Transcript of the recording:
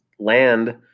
land